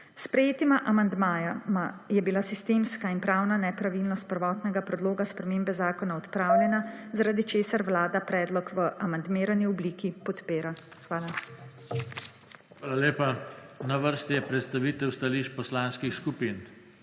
Sprejetima amandmajema je bila sistemska in pravna nepravilnost prvotnega predloga spremembe zakona odpravljena, zaradi česar Vlada predlog v amandmirani obliki podpira. Hvala. PODPREDSEDNIK JOŽE TANKO: Hvala lepa. Na vrsti je predstavitev stališč Poslanskih skupin.